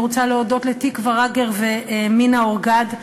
אני רוצה להודות לתקוה רגר ולמינה אורגד,